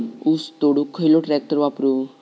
ऊस तोडुक खयलो ट्रॅक्टर वापरू?